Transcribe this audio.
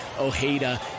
Ojeda